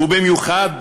בבקשה,